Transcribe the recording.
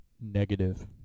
Negative